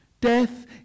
Death